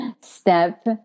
step